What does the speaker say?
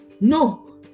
No